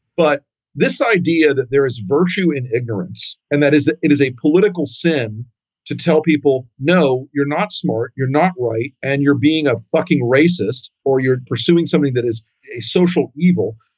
but this idea that there is virtue in ignorance and that is it it is a political sin to tell people, no, you're not smart, you're not right and you're being a fucking racist or you're pursuing something that is a social evil.